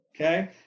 Okay